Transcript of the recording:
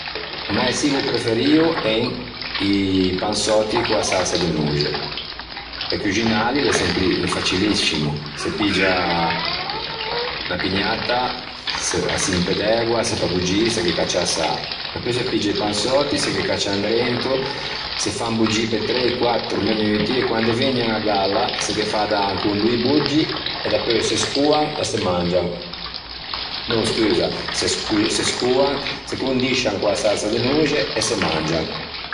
O mæ çibbo preferio en i pansoti con a sarsa de noxe. Pe cuxinali l'é façiliscimo. Se piggia unna pugnatta, a s'impe d'ægua, a se fa boggî se ghe caccia a sâ. Pòi se piggia i pansöti se ghe caccian drento se fan boggî pe trei quattro menuti e quande vëgnan à galla, se ghe fa dâ ancon doî boggi e dapeu se scoan e se mangian. No scusa, se scöan, se condiscian con a sarsa de noxe e se mangian.